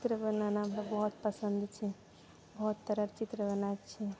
चित्र बनाना हमरा बहुत पसन्द छै बहुत तरहके चित्र बनाबय छियै